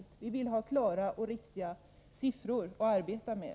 Vi vill ha klara och riktiga siffror att arbeta med.